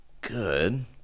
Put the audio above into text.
good